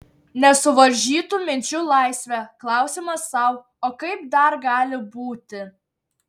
nesuvaržytų minčių laisvė klausimas sau o kaip dar gali būti